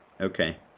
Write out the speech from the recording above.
Okay